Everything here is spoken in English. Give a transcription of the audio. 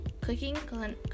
cooking